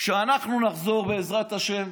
כשאנחנו נחזור, בעזרת השם,